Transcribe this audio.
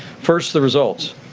first, the results